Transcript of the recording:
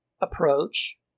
approach